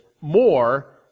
more